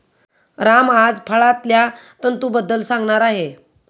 राम आज फळांतल्या तंतूंबद्दल सांगणार आहे